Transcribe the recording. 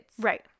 Right